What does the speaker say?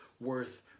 worth